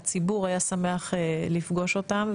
שהציבור היה שמח לפגוש אותם,